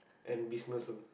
and business oh